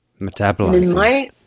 Metabolizing